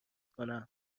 کنم